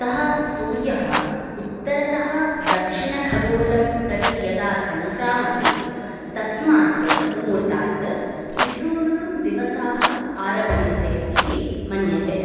अतः सूर्यः उत्तरतः दक्षिणखगोलं प्रति यदा सङ्क्रामति तस्मात् मुहूर्तात् पितॄणां दिवसाः आरभन्ते इति मन्यते